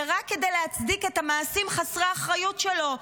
ורק כדי להצדיק את המעשים חסרי האחריות שלו,